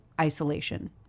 isolation